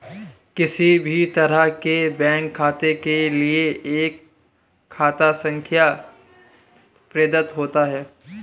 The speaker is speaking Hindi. किसी भी तरह के बैंक खाते के लिये एक खाता संख्या प्रदत्त होती है